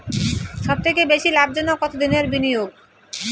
সবথেকে বেশি লাভজনক কতদিনের বিনিয়োগ?